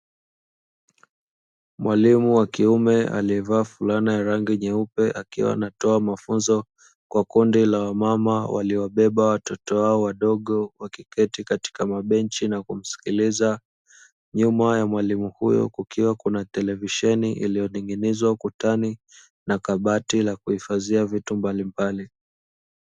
Mwalimu wa kiume aliyevaa fulana ya rangi nyeupe akiwa anatoa mafunzo kwa kundi la wamama waliobeba watoto wao wadogo, wakiketi katika mabenchi na kumsikiliza. Nyuma ya mwalimu huyu kukiwa kuna televisheni iliyohifadhiwa ukutani na kabati la kuhifadhia vitu mbalimbali.